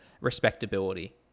respectability